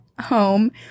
home